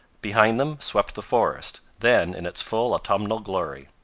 behind them swept the forest, then in its full autumnal glory.